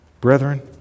Brethren